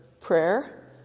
prayer